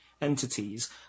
entities